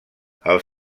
els